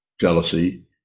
jealousy